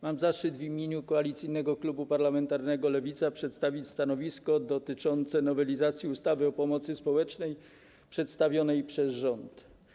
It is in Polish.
Mam zaszczyt w imieniu Koalicyjnego Klubu Parlamentarnego Lewica przedstawić stanowisko dotyczące nowelizacji ustawy o pomocy społecznej przedstawionej przez rząd.